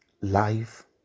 life